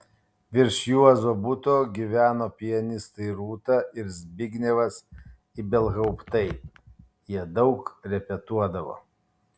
virš juozo buto gyveno pianistai rūta ir zbignevas ibelhauptai jie daug repetuodavo